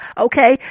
Okay